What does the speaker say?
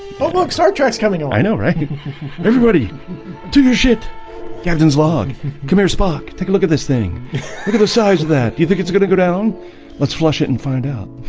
but so are tracks coming on i know right everybody to your shit captain's log come here spock take a look at this thing size of that you think it's gonna go down let's flush it and find out